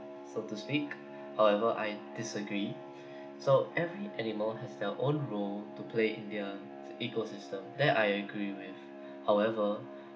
so to speak however I disagree so every animal has their own role to play in their ecosystem that I agree with however